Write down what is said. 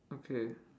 okay